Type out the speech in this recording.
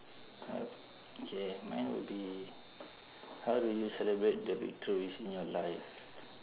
okay mine would be how do you celebrate the victories in your life